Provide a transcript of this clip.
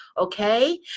Okay